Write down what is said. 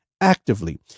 actively